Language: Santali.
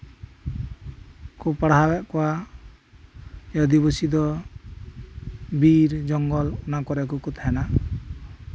ᱠᱚ ᱯᱟᱲᱦᱟᱣ ᱮᱫ ᱠᱚᱣᱟ ᱟᱹᱫᱤᱵᱟᱹᱥᱤ ᱫᱚ ᱵᱤᱨ ᱡᱚᱝᱜᱚᱞ ᱚᱱᱟ ᱠᱚᱨᱮ ᱠᱚ ᱛᱟᱦᱮᱸᱱᱟ